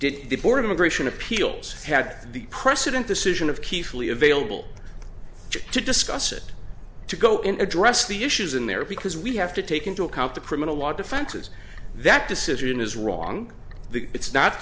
of immigration appeals had the precedent decision of key fully available to discuss it to go in address the issues in there because we have to take into account the criminal law defenses that decision is wrong the it's not